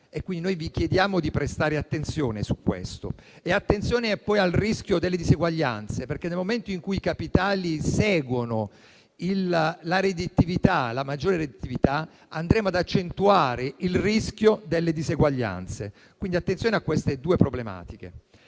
quindi vi chiediamo di prestare attenzione su questo. Attenzione anche al rischio delle diseguaglianze, perché nel momento in cui i capitali seguono la maggiore redditività, andremo ad accentuare il rischio delle diseguaglianze, quindi attenzione a queste due problematiche.